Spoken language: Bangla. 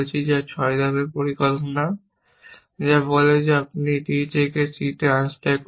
যা ছয় ধাপের পরিকল্পনা যা বলে যে আপনি d থেকে c আনস্ট্যাক করুন